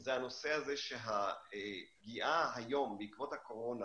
זה הנושא הזה שהפגיעה היום בעקבות הקורונה